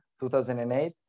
2008